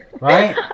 Right